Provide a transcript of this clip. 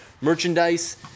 merchandise